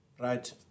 Right